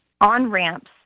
on-ramps